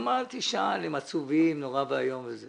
אלה סעיפים שאומנם הוקראו, אבל חלקם